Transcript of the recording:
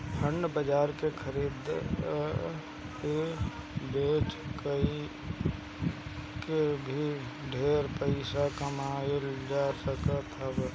bond बाजार के खरीद बेच कई के भी ढेर पईसा कमाईल जा सकत हवे